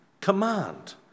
command